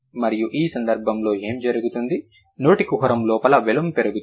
మరియు ఈ సందర్భంలో ఏమి జరుగుతుంది నోటి కుహరం లోపల వెలమ్ పెరుగుతుంది